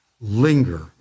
linger